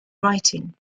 writing